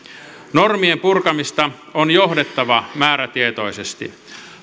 normien purkamista on johdettava määrätietoisesti